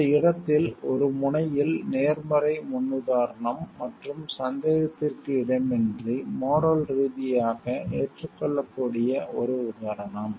இந்த இடத்தில் ஒரு முனையில் நேர்மறை முன்னுதாரணம் மற்றும் சந்தேகத்திற்கு இடமின்றி மோரல் ரீதியாக ஏற்றுக்கொள்ளக்கூடிய ஒரு உதாரணம்